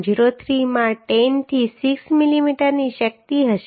03 માં 10 થી 6 મિલીમીટરની શક્તિ હશે